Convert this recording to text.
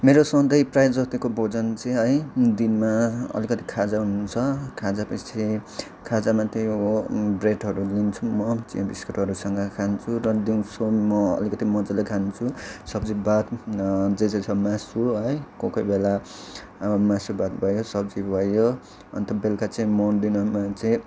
मेरो सधैँ प्राय जतिको भोजन चाहिँ है दिनमा अलिकति खाजा हुन्छ खाजापिछे खाजामा त्यही हो ब्रेडहरू लिन्छु म चिया बिस्कुटहरूसँग खान्छु र दिउँसो म अलिकति मज्जाले खान्छु सब्जीभात जे जे छ मासु है कोही कोही बेला अब मासु भात भयो सब्जी भयो अन्त बेलका चाहिँ म डिनरमा चाहिँ